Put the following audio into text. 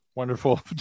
Wonderful